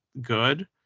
good